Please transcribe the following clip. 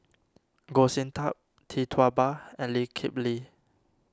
Goh Sin Tub Tee Tua Ba and Lee Kip Lee